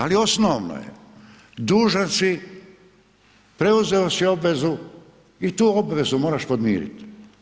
Ali, osnovno je, dužan si, preuzeo si obvezu i tu obvezu moraš podmiriti.